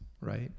right